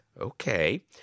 Okay